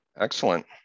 Excellent